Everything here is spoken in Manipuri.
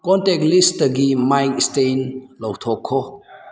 ꯀꯣꯟꯇꯛ ꯂꯤꯁꯇꯒꯤ ꯃꯥꯏꯛ ꯏꯁꯇꯦꯟ ꯂꯧꯊꯣꯛꯈꯣ